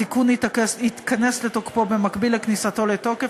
התיקון ייכנס לתוקפו במקביל לכניסתו לתוקף